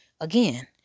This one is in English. again